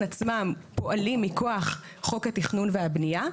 עצמם פועלים מכוח חוק התכנון והבנייה,